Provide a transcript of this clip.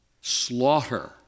Slaughter